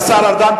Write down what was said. השר ארדן,